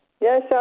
yes